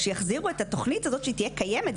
שיחזירו את התוכנית הזאת שתהייה קיימת,